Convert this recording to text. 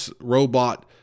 robot